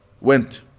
went